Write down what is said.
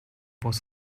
was